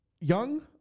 young